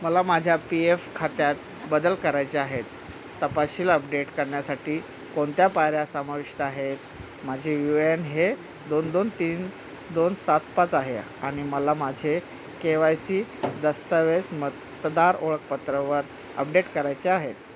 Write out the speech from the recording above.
मला माझ्या P F खात्यात बदल करायचे आहेत तपाशील अपडेट करण्यासाठी कोणत्या पायऱ्या समाविष्ट आहेत माझे यू ए एन हे दोन दोन तीन दोन सात पाच आहे आणि मला माझे के वाय सी दस्तावेज मतदार ओळखपत्रावर अपडेट करायचे आहेत